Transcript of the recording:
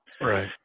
Right